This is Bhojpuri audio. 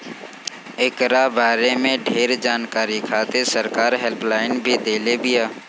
एकरा बारे में ढेर जानकारी खातिर सरकार हेल्पलाइन भी देले बिया